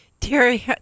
Terry